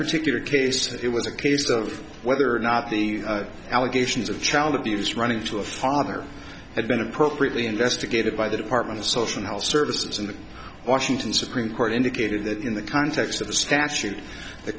particular case it was a case of whether or not the allegations of child abuse running to a father had been appropriately investigated by the department of social services and the washington supreme court indicated that in the context of the statute